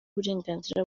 uburenganzira